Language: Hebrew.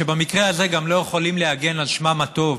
שבמקרה הזה גם לא יכולים להגן על שמם הטוב,